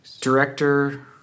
director